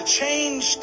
change